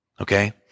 okay